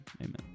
Amen